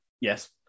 Yes